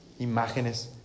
imágenes